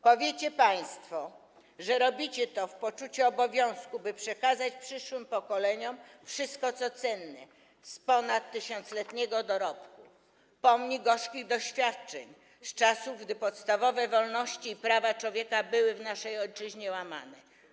Powiecie państwo, że robicie to w poczuciu obowiązku, by przekazać przyszłym pokoleniom wszystko, co cenne z ponad 1000-letniego dorobku, pomni gorzkich doświadczeń z czasów, gdy podstawowe wolności i prawa człowieka były w naszej ojczyźnie łamane.